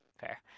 Fair